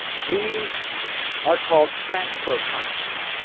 these are called transfer punches.